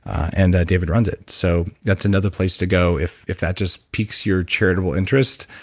and david runs it. so that's another place to go if if that just peaks your charitable interest.